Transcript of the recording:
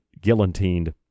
guillotined